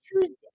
Tuesday